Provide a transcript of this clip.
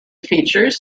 features